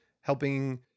helping